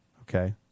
okay